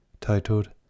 titled